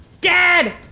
dad